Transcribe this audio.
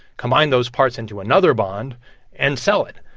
combine those parts into another bond and sell it.